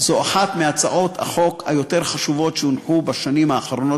שזו אחת מהצעות החוק היותר חשובות שהונחו בשנים האחרונות,